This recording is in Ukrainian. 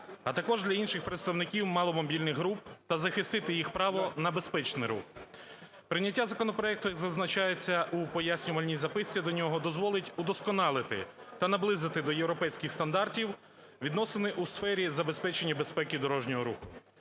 а також для інших представників маломобільних груп, та захистити їх право на безпечний рух. Прийняття законопроекту, як зазначається у пояснювальній записці до нього, дозволить удосконалити та наблизити до європейських стандартів відносини у сфері забезпечення безпеки дорожнього руху.